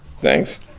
Thanks